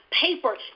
paper